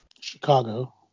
Chicago